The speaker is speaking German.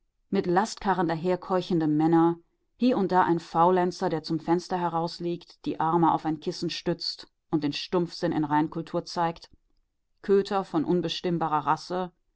mit lastkarren daherkeuchende männer hie und da ein faulenzer der zum fenster herausliegt die arme auf ein kissen stützt und den stumpfsinn in reinkultur zeigt köter von unbestimmbarer rasse